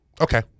Okay